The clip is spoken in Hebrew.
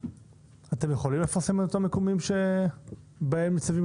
אתם יכולים לפרסם את אותם מיקומים שבהם מציבים